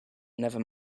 never